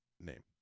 name